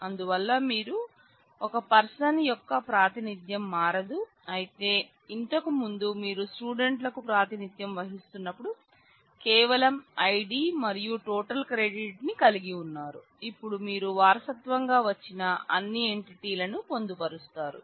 అందువల్ల మీరు ఒక పర్సన్ యొక్క ప్రాతినిధ్యం మారదు అయితే ఇంతకు ముందు మీరు స్టూడెంట్లకు ప్రాతినిధ్యం వహిస్తున్నప్పుడు కేవలం ఐడి మరియు టోటల్ క్రెడిట్ ని కలిగి ఉన్నారు ఇప్పుడు మీరు వారసత్వంగా వచ్చిన అన్ని ఎంటిటీలను పొందు పరుస్తారు